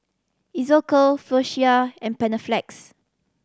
Isocal Floxia and Panaflex